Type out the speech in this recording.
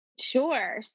Sure